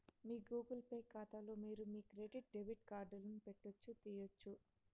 మీ Google Pay కాతాలో మీరు మీ క్రెడిట్ డెబిట్ కార్డులను పెట్టొచ్చు, తీయొచ్చు